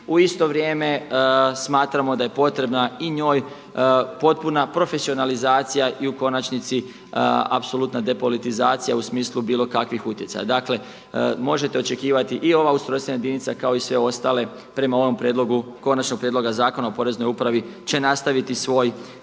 U isto vrijeme smatramo da je potrebna i njoj potpuna profesionalizacija i u konačnici apsolutna depolitizacija u smislu bilo kakvih utjecaja. Dakle, možete očekivati i ova ustrojstvena jedinica kao i sve ostale prema onom prijedlogu konačnog prijedloga Zakona o poreznoj upravi će nastavit svoj